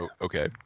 okay